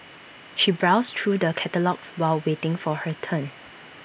she browsed through the catalogues while waiting for her turn